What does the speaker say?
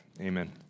Amen